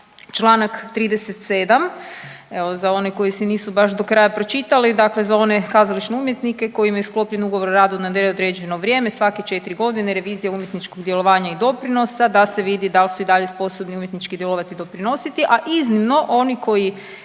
čl. 37. evo za one koji si nisu baš do kraja pročitali, dakle za one kazališne umjetnike koji imaju sklopljen ugovor o radu na neodređeno vrijeme svake četri godine revizija umjetničkog djelovanja i doprinosa da se vidi dal su i dalje sposobni umjetnički djelovati i doprinositi, a iznimno oni koji